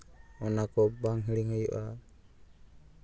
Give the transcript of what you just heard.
ᱚᱱᱟᱠᱚ ᱵᱟᱝ ᱦᱤᱲᱤᱧ ᱦᱩᱭᱩᱜᱼᱟ